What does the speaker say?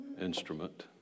instrument